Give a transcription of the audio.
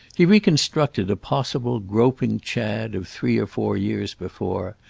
he reconstructed a possible groping chad of three or four years before,